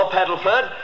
Paddleford